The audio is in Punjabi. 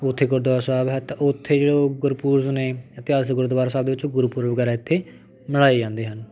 ਉੱਥੇ ਗੁਰਦੁਆਰਾ ਸਾਹਿਬ ਹੈ ਤਾਂ ਉੱਥੇ ਜਿਹੜੇ ਉਹ ਗੁਰਪੁਰਬ ਨੇ ਇਤਿਹਾਸਿਕ ਗੁਰਦੁਆਰਾ ਸਾਹਿਬ ਦੇ ਵਿੱਚ ਗੁਰਪੁਰਬ ਵਗੈਰਾ ਇੱਥੇ ਮਨਾਏ ਜਾਂਦੇ ਹਨ